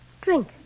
Drink